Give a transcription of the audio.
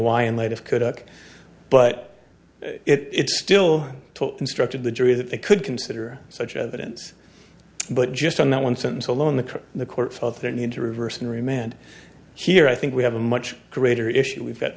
why in light of cook but it still instructed the jury that they could consider such evidence but just on that one sentence alone the the court felt the need to reverse in remand here i think we have a much greater issue we've got